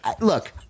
Look